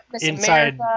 inside